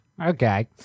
Okay